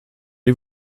die